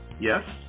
Yes